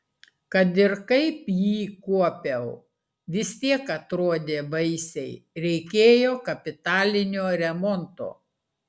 kad ir kaip jį kuopiau vis tiek atrodė baisiai reikėjo kapitalinio remonto